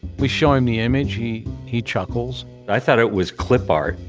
we show him the image, he, he chuckles. i thought it was clip art.